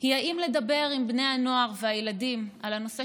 היא האם לדבר עם בני הנוער והילדים על הנושא